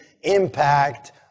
impact